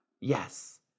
Yes